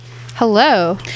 hello